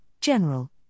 General